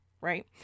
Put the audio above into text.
Right